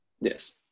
Yes